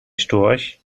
storch